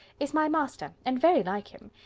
is my master and very like him.